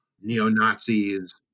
neo-Nazis